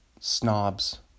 snobs